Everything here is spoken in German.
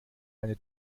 eine